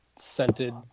scented